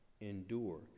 endure